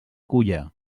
culla